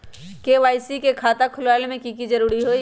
KYC के खाता खुलवा में की जरूरी होई?